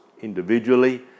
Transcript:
individually